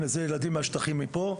אלה ילדים מהשטחים מפה.